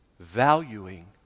valuing